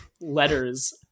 letters